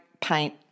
paint